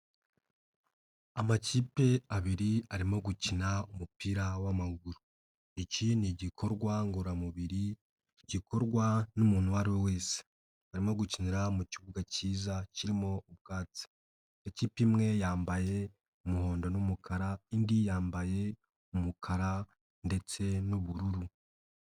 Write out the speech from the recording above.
Amakipe abiri arimo gukina umupira w'amaguru, iki ni igikorwa ngororamubiri gikorwa n'umuntu uwo ari we wese, barimo gukinira mu kibuga kiza kirimo ubwatsi, ikipe imwe yambaye umuhondo n'umukara indi yambaye umukara ndetse n'ubururu.